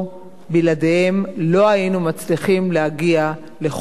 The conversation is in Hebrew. בלעדיהם לא היינו מצליחים להגיע לכל זה.